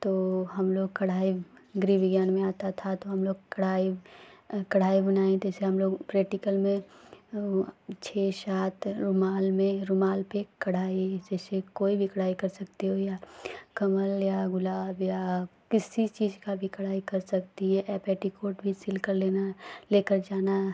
तो हमलोग कढ़ाई गृह विज्ञान में आती थी तो हमलोग कढ़ाई कढ़ाई बुनाई जैसे हमलोग प्रैक्टिकल में वह छह सात रुमाल में रुमाल पर कढ़ाई जैसे कोई भी कढ़ाई कर सकते हो या कमल या गुलाब या किसी चीज की भी कढ़ाई कर सकती है या पेटीकोट भी सिलकर लेना लेकर जाना